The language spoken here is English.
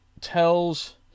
tells